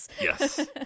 Yes